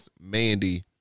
Mandy